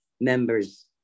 members